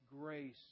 grace